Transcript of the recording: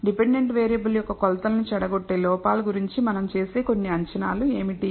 dependent variable యొక్క కొలతలను చెడగొట్టే లోపాలు గురించి మనం చేసే కొన్ని అంచనాలు ఏమిటి